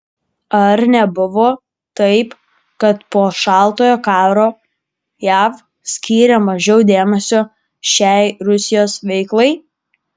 ar nebuvo taip kad po šaltojo karo jav skyrė mažiau dėmesio šiai rusijos veiklai